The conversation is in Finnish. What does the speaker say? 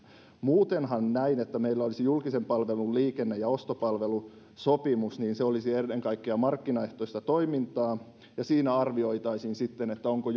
muutenhan se että meillä olisi julkisen palvelun liikenne ja ostopalvelusopimus olisi ennen kaikkea markkinaehtoista toimintaa ja siinä arvioitaisiin sitten onko